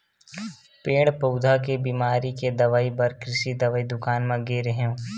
पेड़ पउधा के बिमारी के दवई बर कृषि दवई दुकान म गे रेहेंव